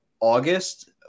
august